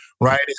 right